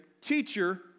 teacher